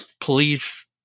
Please